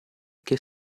che